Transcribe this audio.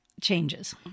changes